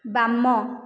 ବାମ